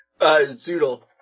Zoodle